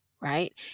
right